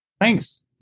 Thanks